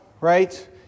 right